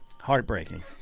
Heartbreaking